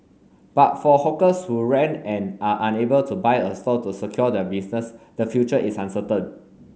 but for hawkers who rent and are unable to buy a stall to secure their business the future is uncertain